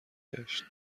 گشت